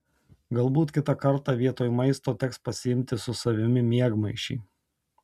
galbūt kitą kartą vietoj maisto teks pasiimti su savimi miegmaišį